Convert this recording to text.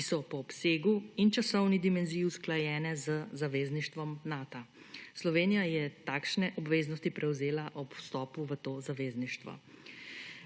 ki so po obsegu in časovni dimenziji usklajene z zavezništvom Nata. Slovenija je takšne obveznosti prevzela ob vstopu v to zavezništvo.